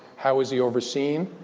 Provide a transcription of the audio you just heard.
how is he overseen?